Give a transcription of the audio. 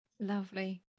Lovely